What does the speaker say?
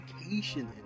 education